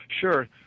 Sure